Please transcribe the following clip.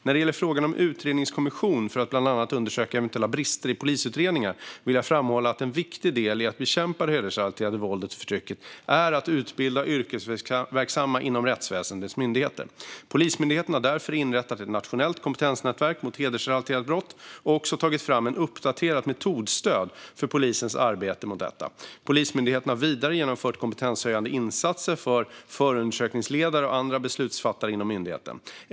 När det gäller frågan om en utredningskommission för att bland annat undersöka eventuella brister i polisutredningar vill jag framhålla att en viktig del i att bekämpa hedersrelaterat våld och förtryck är att utbilda yrkesverksamma inom rättsväsendets myndigheter. Polismyndigheten har därför inrättat ett nationellt kompetensnätverk mot hedersrelaterade brott och också tagit fram ett uppdaterat metodstöd för polisens arbete mot detta. Polismyndigheten har vidare genomfört kompetenshöjande insatser för förundersökningsledare och andra beslutsfattare inom myndigheten.